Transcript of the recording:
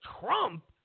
Trump